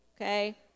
Okay